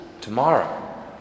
tomorrow